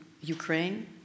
Ukraine